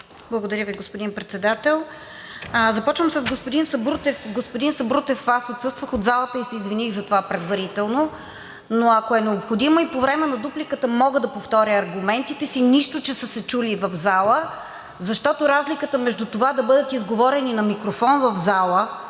Благодаря Ви, господин Председател. Започвам с господин Сабрутев. Господин Сабрутев, аз отсъствах от залата и се извиних за това предварително. Ако е необходимо, и по време на дупликата мога да повторя аргументите си, нищо, че са се чули в залата. Защото разликата между това да бъдат изговорени на микрофон в залата